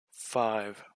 five